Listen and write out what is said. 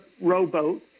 rowboat